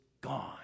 gone